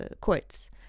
courts